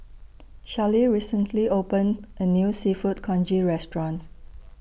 Charlee recently opened A New Seafood Congee Restaurant